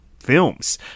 Films